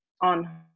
on